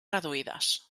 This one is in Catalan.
reduïdes